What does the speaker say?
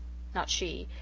not she.